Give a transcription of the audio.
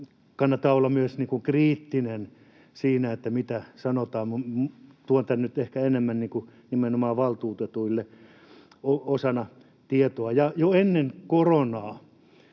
Kannattaa olla myös kriittinen siinä, mitä sanotaan. Tuon tämän nyt ehkä enemmän nimenomaan valtuutetuille tietona. Ja jo ennen koronaa